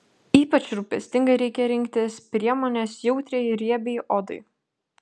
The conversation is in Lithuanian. ypač rūpestingai reikia rinktis priemones jautriai riebiai odai